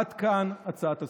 עד כאן הצעת הסיכום.